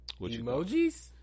emojis